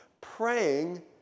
praying